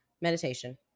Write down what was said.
Meditation